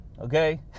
okay